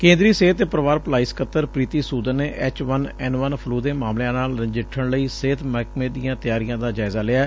ਕੇ'ਦਰੀ ਸਿਹਤ ਅਤੇ ਪਰਿਵਾਰ ਭਲਾਈ ਸਕੱਤਰ ਪ੍ਰੀਡੀ ਸੁਦਨ ਨੇ H one N one flu ਦੇ ਮਾਮਲਿਆਂ ਨਾਲ ਨਜਿੱਠਣ ਲਈ ਸਿਹਤ ਮਹਿਕਮੇ ਦੀਆਂ ਤਿਆਰੀਆਂ ਦਾ ਜਾਇਜ਼ਾ ਲਿਐ